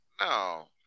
No